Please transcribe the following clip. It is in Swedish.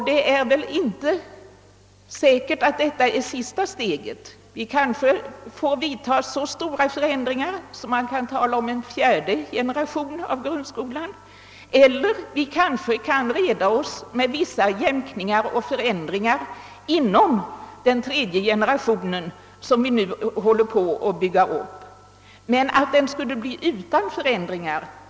Detta är förmodligen inte det sista steget. Vi kanske en gång får genomföra så stora förändringar, att man kan tala om en fjärde generation i grundskolan, men det kan också hända att vi kan reda oss med vissa förändringar inom tredje generationen. Ingen tror väl att det inte kommer att behövas förändringar.